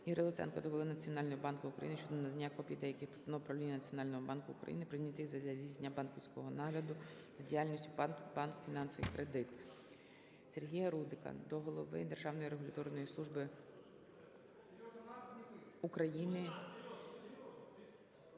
Ігоря Луценка до Голови Національного банку України щодо надання копій деяких постанов Правління Національного Банку України, прийнятих задля здійснення банківського нагляду за діяльністю ПАТ "Банк "Фінанси та Кредит". Сергія Рудика до голови Державної регуляторної служби України…